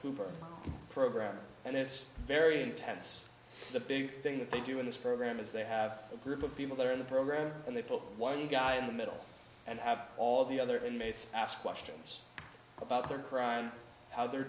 super program and it's very intense the big thing that they do in this program is they have a group of people that are in the program and they pull one guy in the middle and have all the other inmates ask questions about their crime how they're